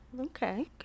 Okay